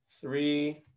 three